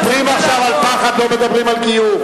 מדברים עכשיו על פחד, לא מדברים על גיור.